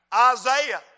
Isaiah